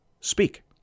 speak